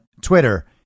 Twitter